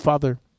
Father